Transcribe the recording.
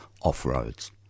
off-roads